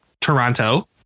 Toronto